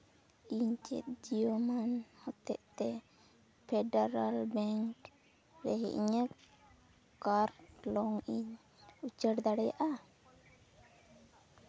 ᱤᱧ ᱪᱮᱫ ᱡᱤᱭᱳ ᱢᱟᱹᱱ ᱦᱚᱛᱮᱡ ᱛᱮ ᱯᱷᱮᱰᱟᱨᱟᱞ ᱵᱮᱝᱠ ᱨᱮ ᱤᱧᱟᱹᱜ ᱠᱟᱨᱰ ᱞᱳᱱ ᱤᱧ ᱩᱪᱟᱹᱲ ᱫᱟᱲᱮᱭᱟᱜᱼᱟ